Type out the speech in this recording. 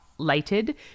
lighted